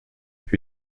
who